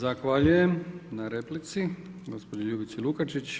Zahvaljujem na replici gospođi Ljubici Lukačić.